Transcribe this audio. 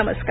नमस्कार